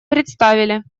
представили